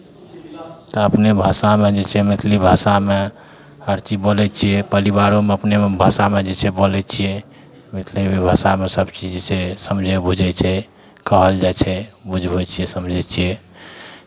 तऽ अपने भाषामे जे छै मैथिली भाषामे हर चीज बोलै छियै परिवारोमे अपनेमे भाषामे जे छै बोलै छियै मैथिलिए भाषामे सभचीज जे छै समझै बूझै छै कहल जाइ छै बुझबै छियै समझै छियै